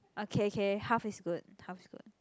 okay K half is good half is good